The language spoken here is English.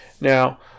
Now